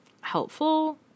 helpful